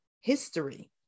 history